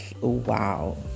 wow